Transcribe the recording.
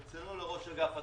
צלצלו לראש אגף התקציבים,